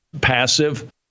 passive